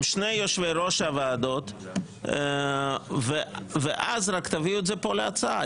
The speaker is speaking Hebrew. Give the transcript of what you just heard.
עם שני יושבי ראש הוועדות ואז רק תביאו את זה פה להצבעה.